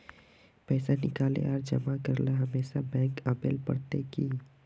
पैसा निकाले आर जमा करेला हमेशा बैंक आबेल पड़ते की?